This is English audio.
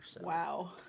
Wow